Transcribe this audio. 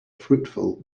fruitful